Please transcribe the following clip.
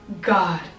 God